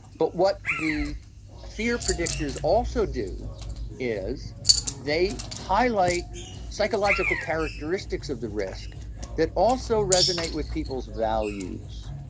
but what the fear predictors also do is they highlight psychological characteristics of the risk that also resonate with people's values.